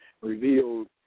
revealed